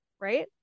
right